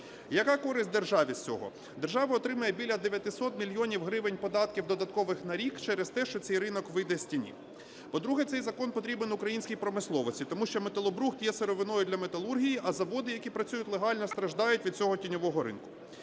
Яка користь державі з цього? Держава отримає біля 900 мільйонів гривень податків додаткових на рік через те, що цей ринок вийде з тіні. По-друге, цей закон потрібен українській промисловості, тому що металобрухт є сировиною для металургії, а заводи, які працюють легально, страждають від цього тіньового ринку.